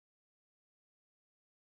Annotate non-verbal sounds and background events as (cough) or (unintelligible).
(unintelligible)